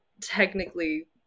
technically